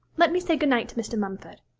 let me say good-night to mr. mumford